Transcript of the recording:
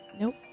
nope